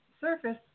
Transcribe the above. surface